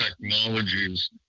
technologies